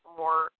more